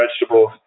vegetables